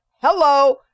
Hello